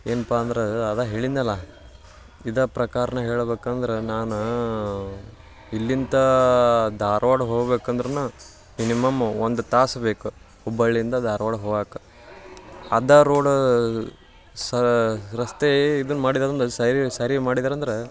ಏನಪ್ಪ ಅಂದ್ರೆ ಅದೇ ಹೇಳಿದೆನಲ್ಲ ಇದೇ ಪ್ರಕಾರ್ನೇ ಹೇಳ್ಬೇಕಂದ್ರೆ ನಾನು ಇಲ್ಲಿಂದ ಧಾರವಾಡ ಹೋಗ್ಬೇಕಂದ್ರ ಮಿನಿಮಮ್ ಒಂದು ತಾಸು ಬೇಕು ಹುಬ್ಬಳ್ಳಿಯಿಂದ ಧಾರ್ವಾಡಕ್ಕೆ ಹೋಗಕ್ಕೆ ಅದೇ ರೋಡ ಸ ರಸ್ತೆ ಇದನ್ನು ಮಾಡಿದಂದ್ರೆ ಸರಿ ಸರಿ ಮಾಡಿದ್ರಂದ್ರೆ